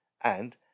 and